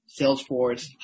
Salesforce